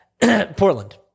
Portland